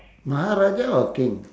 மகாராஜா:maharaja or king